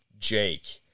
Jake